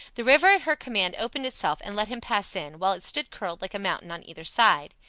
the river at her command opened itself and let him pass in, while it stood curled like a mountain on either side.